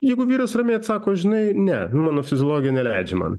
jeigu vyras ramiai atsako žinai ne mano fiziologija neleidžia man